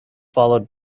followed